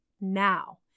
now